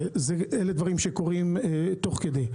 אלה דברים שקורים תוך כדי,